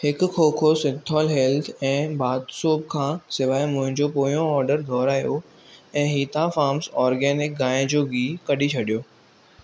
हिकु खोखो सिंथोल हेल्थ ऐं बाथ सोप खां सवाइ मुंहिंजो पोयों ऑर्डर दुहिरायो ऐं हितां फार्म्स आर्गेनिक गांइ जो गिहु कढी छॾियो